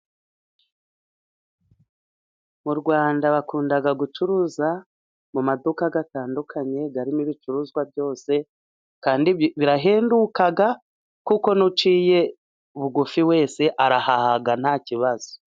Mu Rwanda bakunda gucuruza mu maduka atandukanye, arimo ibicuruzwa byose, kandi birahenduka kuko n'uciye bugufi wese arahaha nta kibazo.